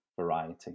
variety